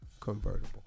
convertible